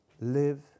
Live